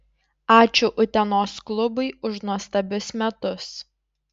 ačiū utenos klubui už nuostabius metus